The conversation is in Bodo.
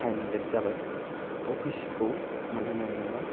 थाएम लेट जाबाय अफिस खौ मोनहैनाय नङा